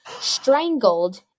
strangled